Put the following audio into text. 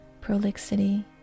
prolixity